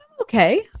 okay